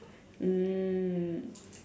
mm